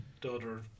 daughter